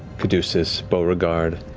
caduceus, beauregard,